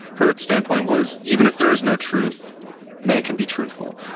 her standpoint was, even if there is no truth man can be truthful.